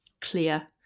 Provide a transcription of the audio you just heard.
clear